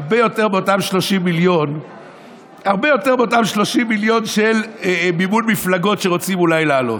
הרבה יותר מאותם 30 מיליון של מימון מפלגות שרוצים אולי להעלות.